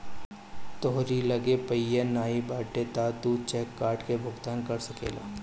तोहरी लगे पइया नाइ बाटे तअ तू चेक काट के भुगतान कर सकेला